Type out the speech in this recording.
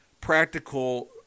practical